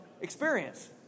experience